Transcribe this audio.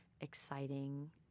exciting